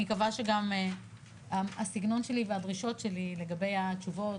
אני מקווה שגם הסגנון שלי והדרישות שלי לגבי התשובות